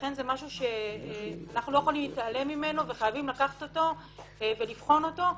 לכן זה משהו שאנחנו לא יכולים להתעלם ממנו וחייבים לבחון אותו.